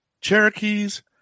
cherokees